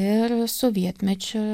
ir sovietmečiu